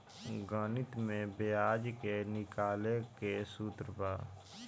गणित में ब्याज के निकाले के सूत्र बा